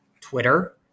Twitter